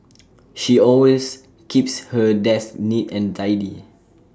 she always keeps her desk neat and tidy